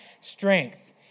strength